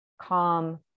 calm